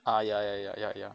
ah ya ya ya ya ya